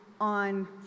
on